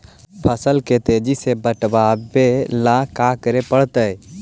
फसल के तेजी से बढ़ावेला का करे पड़तई?